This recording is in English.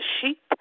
sheep